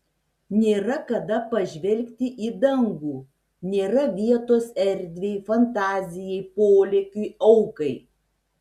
nėra kada pažvelgti į dangų nėra vietos erdvei fantazijai polėkiui aukai